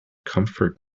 comfort